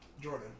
Jordan